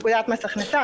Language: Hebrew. פקודת מס הכנסה,